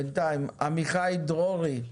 בינתיים, עמיחי דרורי,